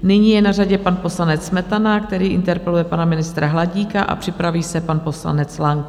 Nyní je na řadě pan poslanec Smetana, který interpeluje pana ministra Hladíka, a připraví se pan poslanec Lang.